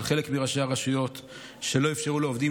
שחלק מראשי הרשויות לא אפשרו לעובדים